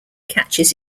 catches